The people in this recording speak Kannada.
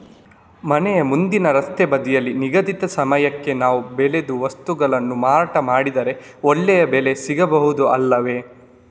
ಮನೆ ಮುಂದಿನ ರಸ್ತೆ ಬದಿಯಲ್ಲಿ ನಿಗದಿತ ಸಮಯಕ್ಕೆ ನಾವು ಬೆಳೆದ ವಸ್ತುಗಳನ್ನು ಮಾರಾಟ ಮಾಡಿದರೆ ಒಳ್ಳೆಯ ಬೆಲೆ ಸಿಗಬಹುದು ಅಲ್ಲವೇ?